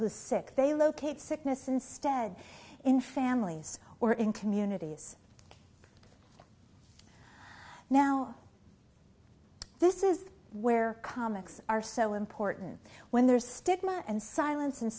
who's sick they locate sickness instead in families or in communities now this is where comics are so important when there's stigma and silence and